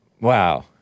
Wow